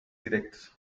directos